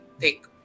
take